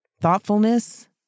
thoughtfulness